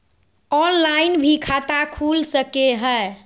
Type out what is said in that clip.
Online भी खाता खूल सके हय?